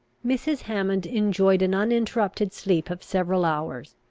mrs. hammond enjoyed an uninterrupted sleep of several hours.